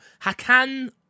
Hakan